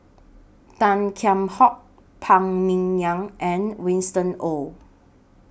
Tan Kheam Hock Phan Ming Yen and Winston Oh